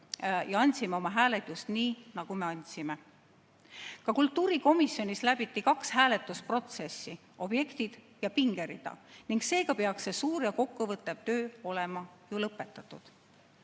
ja andsime oma hääled just nii, nagu me andsime. Ka kultuurikomisjonis läbiti kaks hääletusprotsessi: objektid ja pingerida. Ning seega peaks see suur ja kokkuvõttev töö olema lõpetatud.